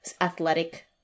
athletic